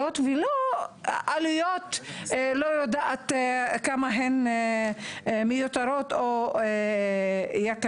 ולא עלויות שאני לא יודעת כמה הן מיותרות או יקרות.